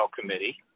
Committee